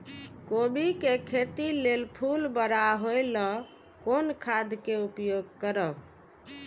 कोबी के खेती लेल फुल बड़ा होय ल कोन खाद के उपयोग करब?